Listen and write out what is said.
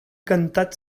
cantat